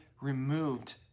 removed